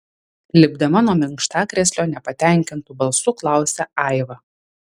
lipdama nuo minkštakrėslio nepatenkintu balsu klausia aiva